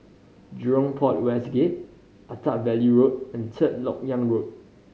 Jurong Port West Gate Attap Valley Road and Third Lok Yang Road